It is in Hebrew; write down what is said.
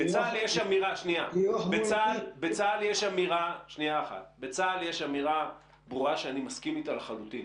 בצה"ל יש אמירה ברורה שאני מסכים אתה לחלוטין